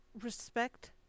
respect